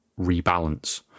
rebalance